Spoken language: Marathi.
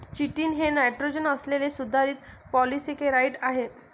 चिटिन हे नायट्रोजन असलेले सुधारित पॉलिसेकेराइड आहे